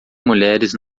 mulheres